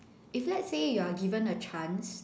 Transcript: if let's say you're given a chance